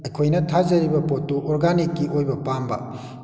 ꯑꯩꯈꯣꯏꯅ ꯊꯥꯖꯔꯤꯕ ꯄꯣꯠꯇꯨ ꯑꯣꯔꯒꯥꯅꯤꯛꯀꯤ ꯑꯣꯏꯕ ꯄꯥꯝꯕ